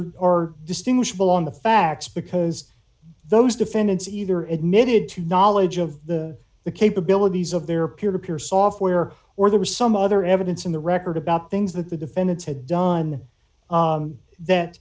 are are distinguishable on the facts because those defendants either admitted to knowledge of the the capabilities of their peer to peer software or there was some other evidence in the record about things that the defendants had done